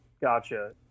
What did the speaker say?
Gotcha